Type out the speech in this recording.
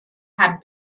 had